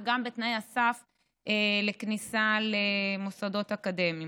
וגם בתנאי הסף לכניסה למוסדות אקדמיים.